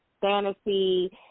fantasy